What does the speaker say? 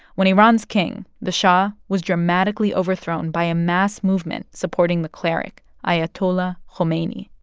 when iran's king, the shah, was dramatically overthrown by a mass movement supporting the cleric, ayatollah khomeini